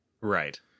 Right